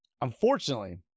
Unfortunately